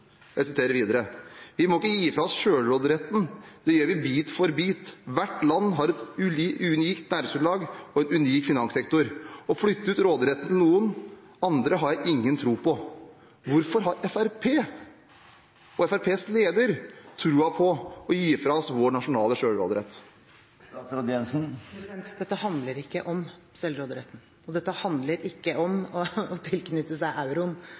videre: «Vi må ikke si fra oss selvråderetten, det gjør vi bit for bit for bit. Hvert land har et ulikt næringsgrunnlag og en ulik finanssektor. Å flytte ut råderetten til noen andre har jeg ingen tro på.» Hvorfor har Fremskrittspartiet og Fremskrittspartiets leder troen på å gi fra oss vår nasjonale selvråderett? Dette handler ikke om selvråderetten. Dette handler ikke om å tilknytte seg euroen.